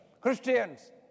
Christians